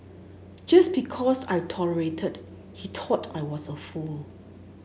just because I tolerated he thought I was a fool